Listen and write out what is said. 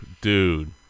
Dude